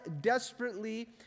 desperately